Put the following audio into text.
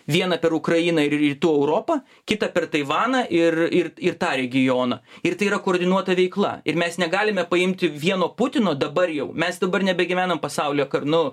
viena per ukrainą ir rytų europą kita per taivaną ir ir ir tą regioną ir tai yra koordinuota veikla ir mes negalime paimti vieno putino dabar jau mes dabar nebegyvenam pasaulyje kad nu